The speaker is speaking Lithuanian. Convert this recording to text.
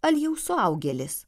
al jau suaugėlis